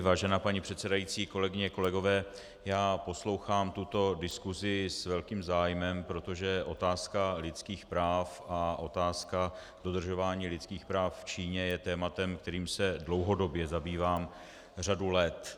Vážená paní předsedající, kolegyně, kolegové, poslouchám tuto diskuzi s velkým zájmem, protože otázka lidských práv a otázka dodržování lidských práv v Číně je tématem, kterým se dlouhodobě zabývám řadu let.